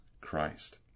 Christ